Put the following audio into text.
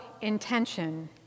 intention